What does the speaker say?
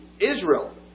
Israel